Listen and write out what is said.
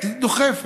דוחפת.